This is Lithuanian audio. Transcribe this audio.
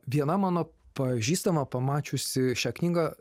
viena mano pažįstama pamačiusi šią knygą